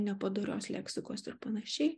nepadorios leksikos ir panašiai